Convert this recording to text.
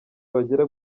bagera